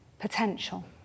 potential